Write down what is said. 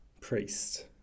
priest